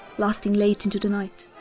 lasting late into the night.